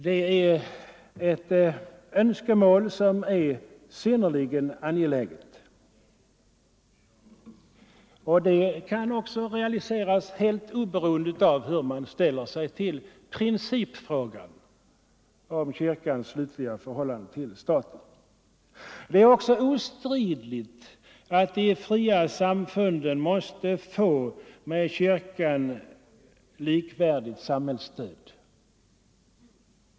Det är ett synnerligen angeläget önskemål, och det kan också realiseras helt oberoende av hur man ställer sig till principfrågan om kyrkans slutliga förhållande till staten. Vidare är det ostridigt att de fria samfunden måste få ett med kyrkans likvärdigt samhällsstöd.